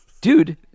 dude